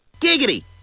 Giggity